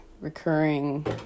recurring